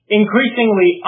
increasingly